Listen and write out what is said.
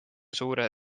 suure